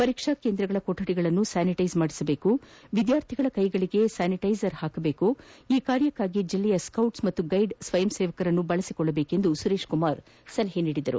ಪರೀಕ್ಷಾ ಕೇಂದ್ರಗಳ ಕೊಠಡಿಗಳನ್ನು ಸ್ಥಾನಿಟೈಸ್ ಮಾಡಿಸಬೇಕು ವಿದ್ವಾರ್ಥಿಗಳ ಕೈಗಳಿಗೆ ಸ್ಥಾನಿಟೈಸರ್ ಹಾಕಬೇಕು ಈ ಕಾರ್ಯಕ್ಕಾಗಿ ಜಿಲ್ಲೆಯ ಸ್ಕೌಟ್ ಮತ್ತು ಗೈಡ್ ಸ್ವಯಂಸೇವಕರನ್ನು ಬಳಸಿಕೊಳ್ಳಬೇಕು ಎಂದು ಸುರೇಶ್ ಕುಮಾರ್ ಸಲಹೆ ನೀಡಿದರು